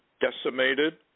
decimated